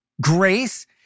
grace